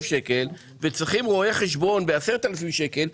שקלים והיא צריכה רואה חשבון ולשלם לו 10,000 שקלים,